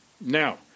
Now